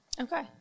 Okay